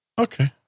okay